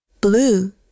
blue